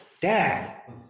Dad